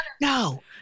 no